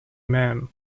man